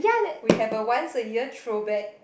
we have a once a year throw back